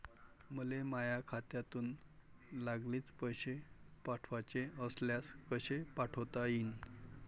मले माह्या खात्यातून लागलीच पैसे पाठवाचे असल्यास कसे पाठोता यीन?